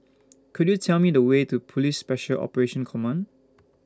Could YOU Tell Me The Way to Police Special Operations Command